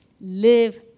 live